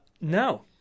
no